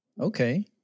Okay